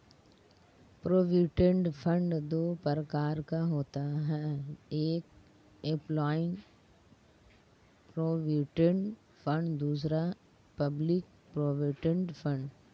provident fund दो प्रकार का होता है एक एंप्लॉय प्रोविडेंट फंड दूसरा पब्लिक प्रोविडेंट फंड